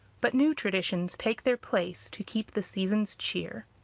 but new traditions take their place to keep the season's cheer.